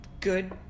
good